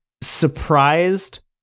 surprised